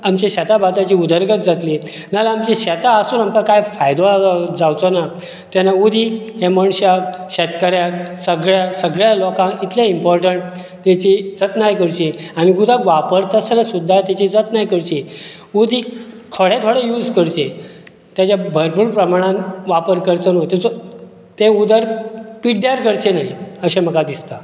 आमचे शेतां भाटाची उदरगत जातली नाल्यार आमची शेतां आसून काय फायदो जावचो ना तेन्ना उदीक हें मनशाक शेतकाऱ्याक सगळ्या सगळ्या लोकांक इतले इंमपोर्टंट तेजी जतनाय करची आनी उदक वापरता आसतना सुद्दां तेची जतनाय करची उदीक थोडें थोडें यूज करचें तेचे भरपूर प्रमाणांत वापर करचो न्हू तेचो ते उदक पिड्ड्यार करचें न्हय अशें म्हाका दिसता